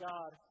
God